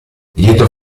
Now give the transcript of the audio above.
lieto